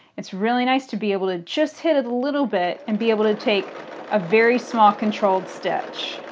it's really nice to be able to just hit it a little bit and be able to take a very small, controlled stitch.